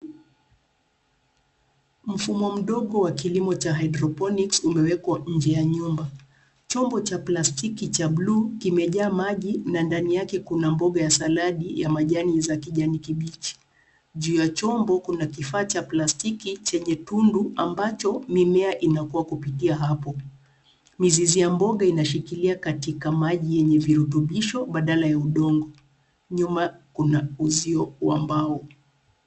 Mfumo mdogo wa kilimo cha hydroponics umewekwa nje ya nyumba. Chombo cha plastiki cha bluu kimejaa maji na ndani yake kuna mboga ya saladi ya majani za kijani kibichi. Juu ya chombo kuna kifaa cha plastiki chenye tundu ambacho mimea inakua kupitia hapo. Mizizi ya mboga inashikilia katika maji yenye virutubisho badala ya udongo. Nyuma kuna uzio wa mbao.